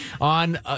on